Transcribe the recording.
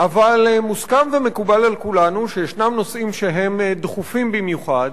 אבל מוסכם ומקובל על כולנו שישנם נושאים שהם דחופים במיוחד,